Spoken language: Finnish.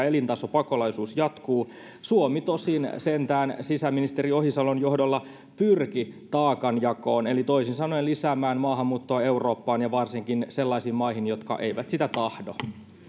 elintasopakolaisuus jatkuu suomi tosin sentään sisäministeri ohisalon johdolla pyrki taakanjakoon eli toisin sanoen lisäämään maahanmuuttoa eurooppaan ja varsinkin sellaisiin maihin jotka eivät sitä tahdo